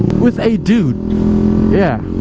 with a dude yeah